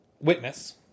witness